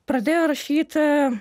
pradėjo rašyti